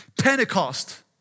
Pentecost